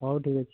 ହଉ ଠିକ୍ ଅଛି